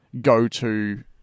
go-to